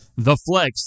theflex